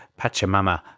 Pachamama